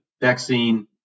vaccine